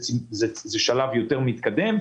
זה שלב מתקדם יותר,